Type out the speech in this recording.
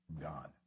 God